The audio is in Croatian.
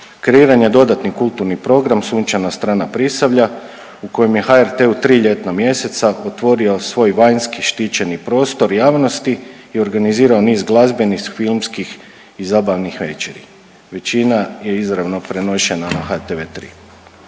Kreiranja dodatni kulturni program Sunčana strana Prisavlja u kojem je HRT u 3 ljetna mjeseca otvorio svoj vanjski štićeni prostor javnosti i organizirao niz glazbenih, filmskih i zabavnih večeri. Većina je izravno prenošena na HTV3.